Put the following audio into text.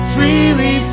Freely